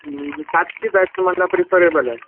सातची बॅच मला प्रिफरेबल आहे